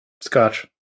scotch